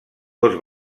dos